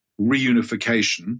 reunification